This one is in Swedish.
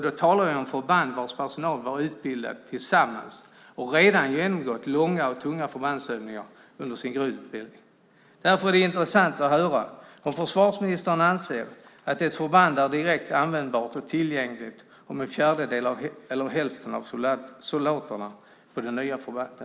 Då talar jag om förband vars personal var utbildad tillsammans och redan hade genomgått långa och tunga förbandsövningar under sin grundutbildning. Det skulle vara intressant att höra om försvarsministern anser att ett förband är direkt användbart och tillgängligt om en fjärdedel eller hälften av soldaterna i förbandet är nya.